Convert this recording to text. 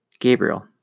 Gabriel